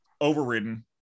overridden